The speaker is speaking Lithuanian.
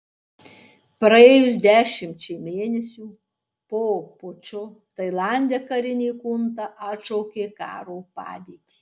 praėjus dešimčiai mėnesių po pučo tailande karinė chunta atšaukė karo padėtį